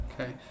Okay